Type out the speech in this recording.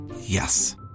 Yes